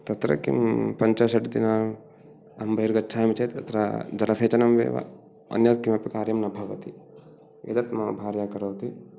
तत्र किं पञ्च षट् दिनम् अहं बहिर्गच्छामि चेत् तत्र जलसेचनम् एव अन्यत् किमपि कार्यं न भवति एतत् मम भार्या करोति